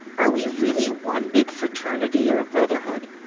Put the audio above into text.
are we really one big fraternity or brotherhood?